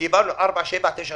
קיבלו מהחלטת ממשלה 4798